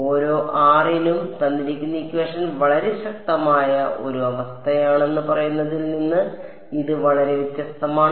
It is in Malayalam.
ഓരോ r നും വളരെ ശക്തമായ ഒരു അവസ്ഥയാണെന്ന് പറയുന്നതിൽ നിന്ന് ഇത് വളരെ വ്യത്യസ്തമാണ്